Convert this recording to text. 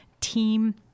team